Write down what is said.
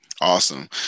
Awesome